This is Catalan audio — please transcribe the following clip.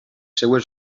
seves